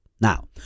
Now